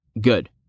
Good